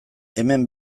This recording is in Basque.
hemen